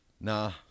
nah